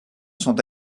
sont